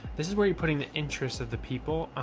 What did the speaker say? this is where you're putting the interest of the people. um,